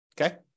Okay